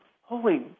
holy